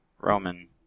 Roman